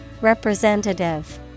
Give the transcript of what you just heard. Representative